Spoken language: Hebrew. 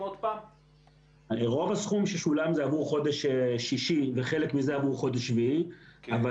הרעיון שלנו הוא שאם מראש יש תאריך מוגדר, אנחנו